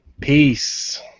Peace